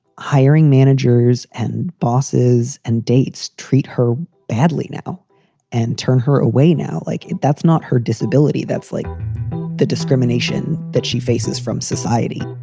hiring managers and bosses and dates treat her badly now and turn her away now. like that's not her disability. that's like the discrimination that she faces from society.